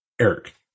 Eric